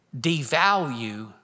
devalue